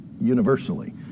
universally